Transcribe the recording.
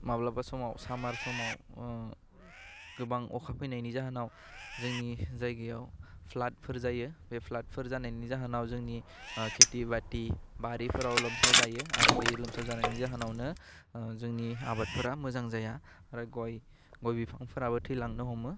माब्लाबा समाव सामार समाव ओह गोबां अखा फैनायनि जाहोनाव जोंनि जायगायाव प्लाटफोर जायो बे प्लाटफोर जानायनि जाहोनाव जोंनि ओह खेथि बाथि बारिफोराव लोमसावजायो आरो बे लोमसाव जानायनि जाहोनावनो ओह जोंनि आबादफोरा मोजां जाया आरो गय गय बिफांफोराबो थैलांनो हमो